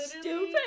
stupid